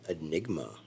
Enigma